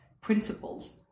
principles